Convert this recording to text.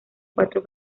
cuatro